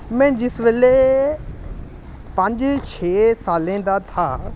में जिस बेल्लै पंज छे साल्लें दा था